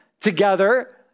together